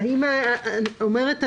אומרת הדס: